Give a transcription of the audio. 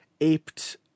aped